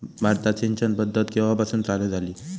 भारतात सिंचन पद्धत केवापासून चालू झाली?